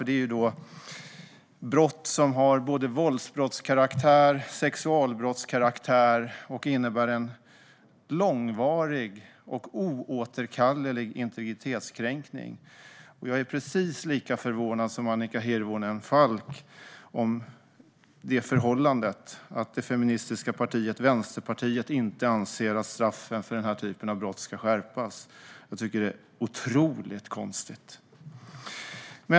Det är brott som har både våldsbrottskaraktär och sexualbrottskaraktär och som innebär en långvarig och oåterkallelig integritetskränkning. Jag är precis lika förvånad som Annika Hirvonen Falk över det förhållandet att det feministiska partiet Vänsterpartiet inte anser att straffet för denna typ av brott ska skärpas. Jag tycker att det är otroligt konstigt.